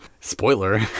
Spoiler